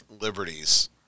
liberties